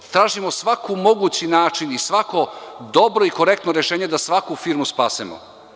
Tražimo svaki mogući način i svako dobro i korektno rešenje da svaku firmu spasemo.